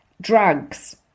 drugs